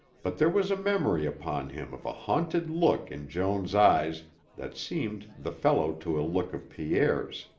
but there was a memory upon him of a haunted look in joan's eyes that seemed the fellow to a look of pierre's.